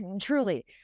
truly